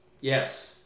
Yes